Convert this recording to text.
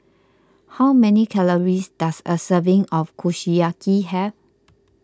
how many calories does a serving of Kushiyaki have